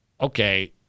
okay